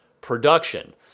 production